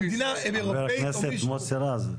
חבר הכנסת מוסי רז,